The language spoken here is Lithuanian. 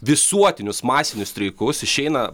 visuotinius masinius streikus išeina